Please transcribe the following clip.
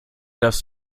das